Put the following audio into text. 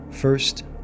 First